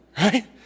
right